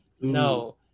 no